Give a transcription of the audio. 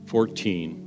Fourteen